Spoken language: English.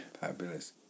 Fabulous